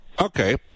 Okay